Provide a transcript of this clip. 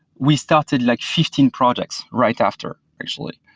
we started like fifteen projects right after actually.